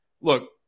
look